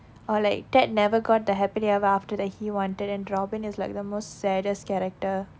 or like ted never got the happily ever after that he wanted and robin is like the most saddest character